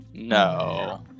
No